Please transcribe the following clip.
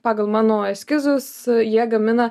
pagal mano eskizus jie gamina